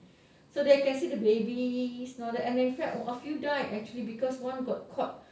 so they can see the babies and all that and if fact a few died actually because one got caught